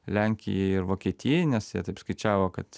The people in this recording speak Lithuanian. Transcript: lenkijai ir vokietijai nes jie taip skaičiavo kad